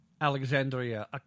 Alexandria